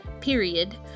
period